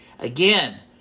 Again